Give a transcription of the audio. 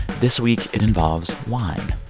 this week, it involves wine